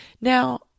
Now